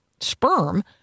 sperm